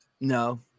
No